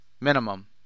minimum